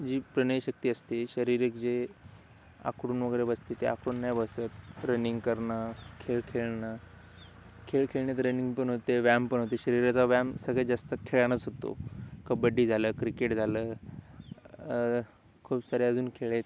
जी प्रणयशक्ती असते शारीरिक जे आकडून वगैरे बसते ते आकडून नाही बसत रनिंग करणं खेळ खेळणं खेळ खेळण्यात रनिंग पण होते व्यायाम पण होते शरीराचा व्यायाम सगळत जास्त खेळानेच होतो कबड्डी झालं क्रिकेट झालं खूप सारे अजून खेळत